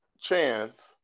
chance